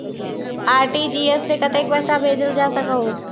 RTGS से कतेक पैसा भेजल जा सकहु???